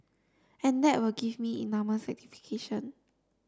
and that will give me enormous satisfaction